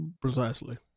Precisely